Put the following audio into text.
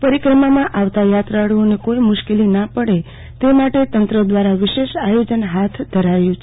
પરિક્રમામાં આવતા યાત્રાળુઓને કોઈ કોઈ મુશ્કેલી ન પડ તે માટે તંત્ર દ્રારા વિશેષ આયોજન હાથ ધરાયુ છે